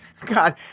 God